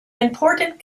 important